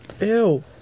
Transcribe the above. Ew